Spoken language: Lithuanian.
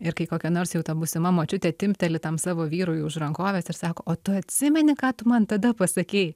ir kai kokia nors jau ta būsima močiutė timpteli tam savo vyrui už rankovės ir sako o tu atsimeni ką tu man tada pasakei